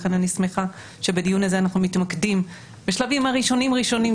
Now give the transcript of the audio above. ולכן אני שמחה שבדיון הזה אנחנו מתמקדים בשלבים הראשונים-ראשונים.